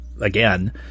again